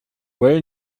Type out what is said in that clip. well